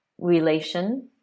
relation